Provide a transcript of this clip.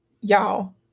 y'all